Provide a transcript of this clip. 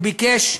הוא ביקש,